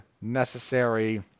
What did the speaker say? necessary